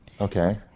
Okay